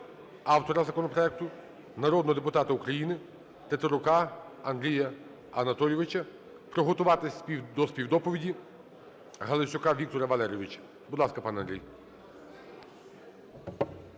автора законопроекту – народного депутата України Тетерука Андрія Анатолійовича. Приготуватись до співдоповіді Галасюка Віктора Валерійовича. Будь ласка, пане Андрій.